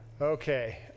Okay